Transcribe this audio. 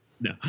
no